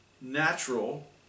natural